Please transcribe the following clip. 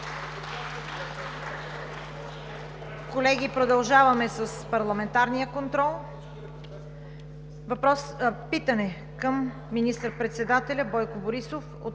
Колеги, продължаваме с парламентарния контрол. Питане към министър-председателя Бойко Борисов